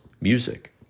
music